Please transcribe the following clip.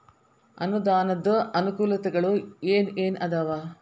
ಅನುದಾನದ್ ಅನಾನುಕೂಲತೆಗಳು ಏನ ಏನ್ ಅದಾವ?